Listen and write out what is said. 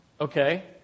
Okay